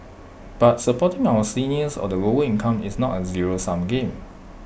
but supporting our seniors or the lower income is not A zero sum game